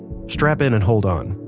strap in and hold on,